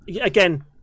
again